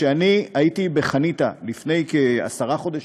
כשאני הייתי בחניתה לפני כעשרה חודשים,